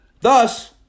thus